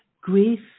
grief